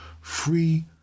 free